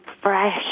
fresh